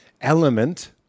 element